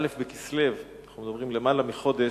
א' בכסלו, כבר יותר מחודש,